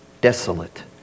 desolate